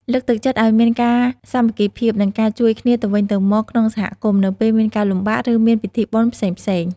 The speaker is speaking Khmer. លើកទឹកចិត្តឲ្យមានការសាមគ្គីភាព និងការជួយគ្នាទៅវិញទៅមកក្នុងសហគមន៍ នៅពេលមានការលំបាក ឬមានពិធីបុណ្យផ្សេងៗ។